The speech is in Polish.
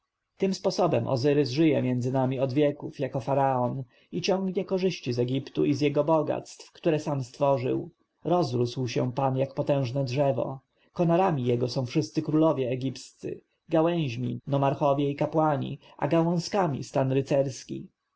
tym sposobem ozyrys żyje między nami od wieków jako faraon i ciągnie korzyści z egiptu i jego bogactw które sam stworzył rozrósł się pan jak potężne drzewo konarami jego są wszyscy królowie egipscy gałęźmi nomarchowie i kapłani a gałązkami stan rycerski